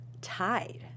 tied